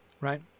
right